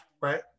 Right